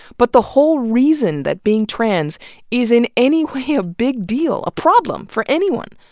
but the whole reason that being trans is in any way a big deal, a problem for anyone,